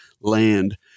land